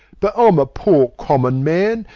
but i'm a poor, common man,